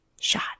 shot